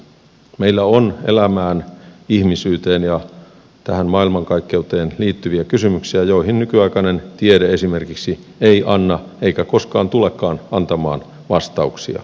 meillä on elämään ihmisyyteen ja tähän maailmankaikkeuteen liittyviä kysymyksiä joihin nykyaikainen tiede esimerkiksi ei anna eikä koskaan tulekaan antamaan vastauksia